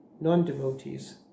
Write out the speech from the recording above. non-devotees